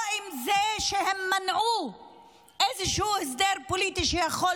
או בזה שהם מנעו איזשהו הסדר פוליטי שיכול